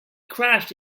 crashed